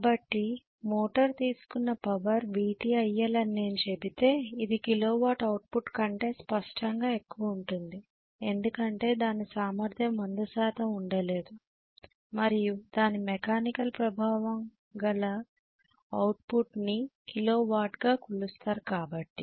కాబట్టి మోటర్ తీసుకున్న power Vt IL అని నేను చెబితే ఇది కిలో వాట్ అవుట్పుట్ కంటే స్పష్టంగా ఎక్కువ ఉంటుంది ఎందుకంటే దాని సామర్థ్యం 100 శాతం ఉండలేదు మరియు దాని మెకానికల్ ప్రభావం గల అవుట్పుట్నిని కిలో వాట్ గా కొలుస్తారు కాబట్టి